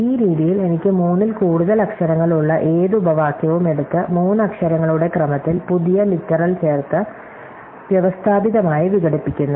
ഈ രീതിയിൽ എനിക്ക് മൂന്നിൽ കൂടുതൽ അക്ഷരങ്ങളുള്ള ഏത് ഉപവാക്യവും എടുത്ത് മൂന്ന് അക്ഷരങ്ങളുടെ ക്രമത്തിൽ പുതിയ ലിറ്റരൽ ചേർത്ത് വ്യവസ്ഥാപിതമായി വിഘടിപ്പിക്കുന്നു